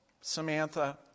Samantha